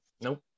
Nope